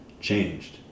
changed